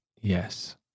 Yes